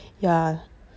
ya